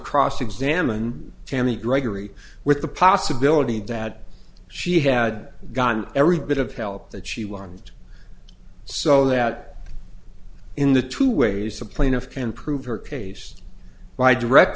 cross examine tammy gregory with the possibility that she had gotten every bit of help that she want so that in the two ways a plaintiff can prove her case by direct